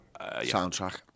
Soundtrack